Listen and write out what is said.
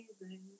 amazing